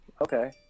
Okay